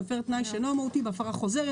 או הפר תנאי שאינו מהותי בהפרה חוזרת,